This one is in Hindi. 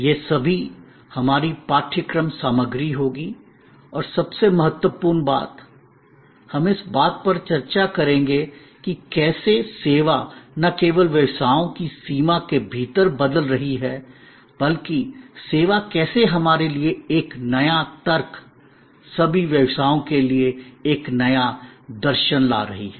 ये सभी हमारी पाठ्यक्रम सामग्री होगी और सबसे महत्वपूर्ण बात हम इस बात पर चर्चा करेंगे कि कैसे सेवा न केवल व्यवसायों की सीमा के भीतर बदल रही है बल्कि सेवा कैसे हमारे लिए एक नया तर्क सभी व्यवसायों के लिए एक नया दर्शन ला रही है